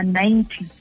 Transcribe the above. ninety